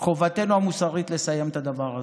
חובתנו המוסרית לסיים את הדבר הזה.